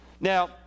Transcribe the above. Now